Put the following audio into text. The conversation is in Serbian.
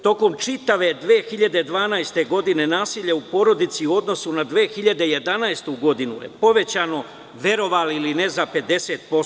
Tokom čitave 2012. godine nasilje u porodici, u odnosu na 2011. godinu je povećano, verovali ili ne, za 50%